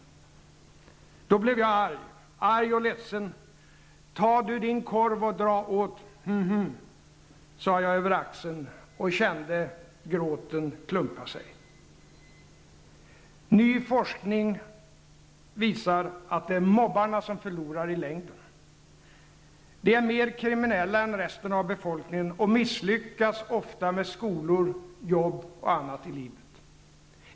Då blev jag arg. Arg och ledsen. Ta du din korv och dra åt , sa jag över axeln och kände gråten klumpa sig.'' Ny forskning visar att det är mobbarna som förlorar i längden. De är mer kriminella än resten av befolkningen och misslyckas ofta med skolor, jobb och annat i livet.